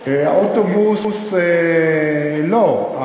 מהרכבת, לא.